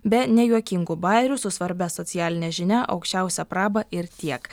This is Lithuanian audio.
be nejuokingų bajerių su svarbia socialine žinia aukščiausia praba ir tiek